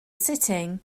sitting